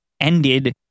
ended